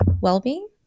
well-being